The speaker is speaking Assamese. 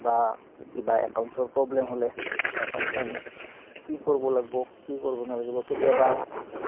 বা কিবা একাউণ্টছৰ প্ৰব্লেম হ'লে একাউণ্টখন কি কৰিব লাগিব কি কৰিব নালাগিব কেতিয়াবা